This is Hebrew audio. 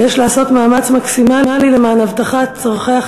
וכי יש לעשות מאמץ מקסימלי למען הבטחת